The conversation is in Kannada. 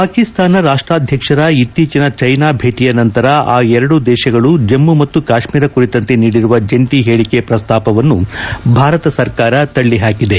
ಪಾಕಿಸ್ತಾನ ರಾಷ್ಟ್ರಾದ್ಯಕ್ಷರ ಇತ್ತೀಚಿನ ಚೀನಾ ಭೇಟಿಯ ನಂತರ ಆ ಎರಡು ದೇಶಗಳು ಜಮ್ಮು ಮತ್ತು ಕಾಶ್ಮೀರ ಕುರಿತಂತೆ ನೀಡಿರುವ ಜಂಟಿ ಹೇಳಿಕೆ ಪ್ರಸ್ತಾಪವನ್ನು ಭಾರತ ಸರ್ಕಾರ ತಳ್ಳಿ ಹಾಕಿದೆ